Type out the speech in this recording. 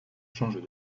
changent